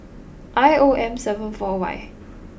I O M seven four Y